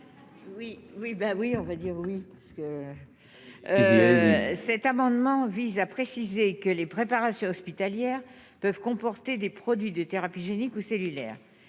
oui, on va dire oui, parce que cet amendement vise à préciser que les préparations hospitalières peuvent comporter des produits des thérapies géniques ou cellulaires,